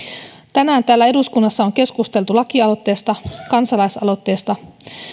tänään täällä eduskunnassa on keskusteltu kansalaisaloitteesta